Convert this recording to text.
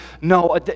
no